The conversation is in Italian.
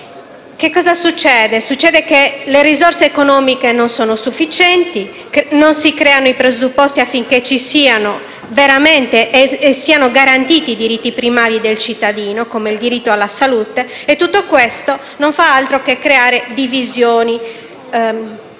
citato. Succede quindi che le risorse economiche non sono sufficienti, non si creano i presupposti affinché siano veramente garantiti i diritti primari del cittadino, come il diritto alla salute, e tutto questo non fa altro che creare divisioni